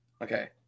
Okay